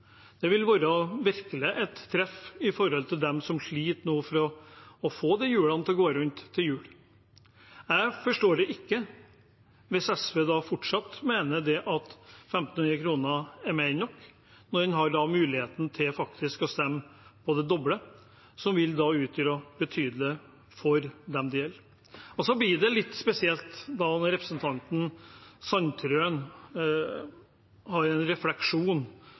Det vil virkelig treffe dem som nå sliter for å få hjulene til å gå rundt til jul. Jeg forstår det ikke hvis SV fortsatt mener at 1 500 kr er mer enn nok, når en har muligheten til faktisk å stemme for det doble, som vil utgjøre en betydelig sum for dem det gjelder. Det blir litt spesielt når representanten Sandtrøen har en refleksjon